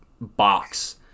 box